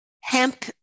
hemp